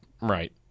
Right